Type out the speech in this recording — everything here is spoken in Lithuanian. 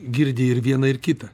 girdi ir vieną ir kitą